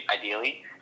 ideally